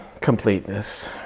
completeness